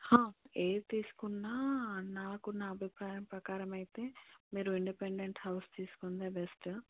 ఏది తీసుకున్న నాకున్న అభిప్రాయం ప్రకారం అయితే మీరు ఇండిపెండెంట్ హౌస్ తీసుకుంటే బెస్ట్